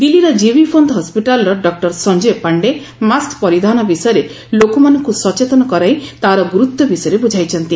ଦିଲ୍ଲୀର ଜିବିପନ୍ଥ ହସିଟାଲର doctor Sanjay Pandey mask ପରିଧାନ ବିଷୟ କରିବା ବିଷୟରେ ଲୋକମାନଙ୍କୁ ସଚେତନ କରାଇ ତା'ର ଗୁରୁତ୍ୱ ବିଷୟରେ ବୁଝାଇଛନ୍ତି